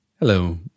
Hello